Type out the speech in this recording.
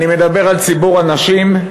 אני מדבר על ציבור הנשים.